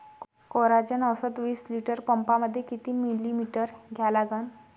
Coragen औषध विस litre पंपामंदी किती मिलीमिटर घ्या लागन?